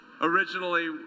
originally